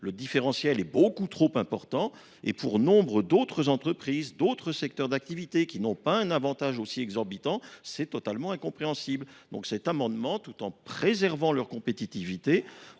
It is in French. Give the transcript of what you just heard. le différentiel est beaucoup trop important. Et pour nombre d’autres entreprises et secteurs d’activité qui ne bénéficient pas d’un avantage aussi exorbitant, c’est totalement incompréhensible. Tout en préservant leur compétitivité,